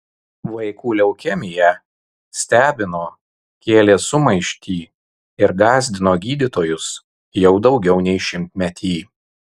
vaikų leukemija stebino kėlė sumaištį ir gąsdino gydytojus jau daugiau nei šimtmetį